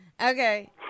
okay